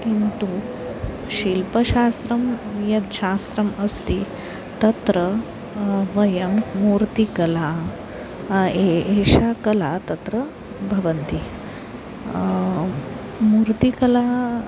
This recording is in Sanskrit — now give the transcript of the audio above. किन्तु शिल्पशास्त्रं यत् शास्त्रम् अस्ति तत्र वयं मूर्तिकला एषा कला तत्र भवन्ति मूर्तिकला